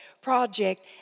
project